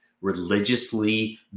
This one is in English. religiously